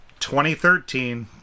2013